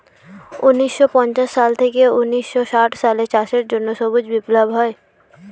ঊন্নিশো পঞ্চাশ সাল থেকে ঊন্নিশো ষাট সালে চাষের জন্য সবুজ বিপ্লব হয়